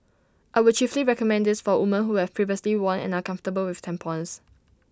I would chiefly recommend this for women who have previously worn and are comfortable with tampons